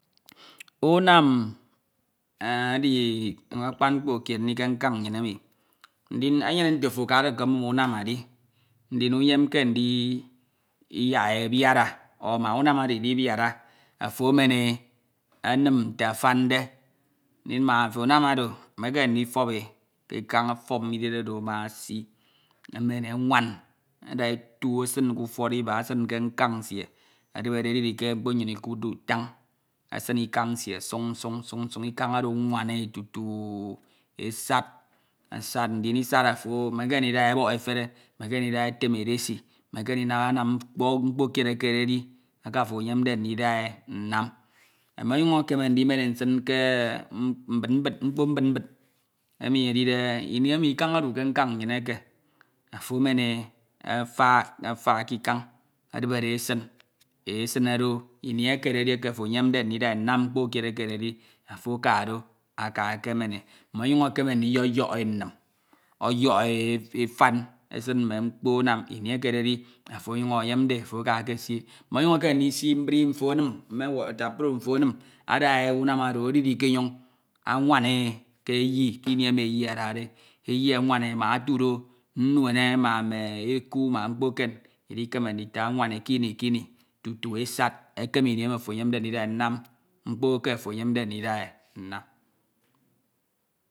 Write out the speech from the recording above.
Unam edi akpan mkpo kied mi ke nkan nnyin euñ, ndin enyene nte ofo akade ekemum unam edi, ndin uyemke. ndiyak e abiar ọ mak unam oro idibian. Ofo emene e emim nte afande. Ndin mbak ofo anam oro emekeme ndifọe e ke ikañ ọfọp mme ided oro ama esi, emen e awañ, ada etu esin ke ufuọd iba. edin ke nkañ nsie ke utued iba, esin ke nkañ nsie, edidere ediri ke mkpo myin ikuudde utan, esin ikan nsie suñ suñ suñ suñ, ikan oro anwan e tutu o e sad, asad ndin, isad ofo emekeme ndida etem edesi mekeme ndida anam mkpo kied ekededi eke ofo eyemde ndida e nnam Emenyuñ ekeme ndibe nsin ke mbibid, mkpo mbid mbid emi edide mi, em, ikan edu ke nkan nnyin emi. ofo ane, e afak ke ikañ, edibere e esin e sine do, ini ekededi ofo eyende ndida e nnam mkpo kied. ekededi ofo aka do aka ekemen e, ọmọnyuñ ekeme ndiyoyok e nnim ọyọk e afan esin mme mkpo anam. ini ekededi ofo ọnyuñ eyemde e ofo aka ekesi, ọmọnyuñ ekeme ndisi mbri enim me wata praf mfo emim. ada unam oro ediri ke enyoñ onwan e ke eyi kini emi eyi adade, eyi anwan e mbak etudo nnuen ma nime. eku ma mkpo idikeme ndita. Anwan e kini kini tutu e sad ekem ini emi ofo eyemde ndida e nnam mkpo ofo eyemde ndida e nnam